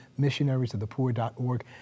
missionariesofthepoor.org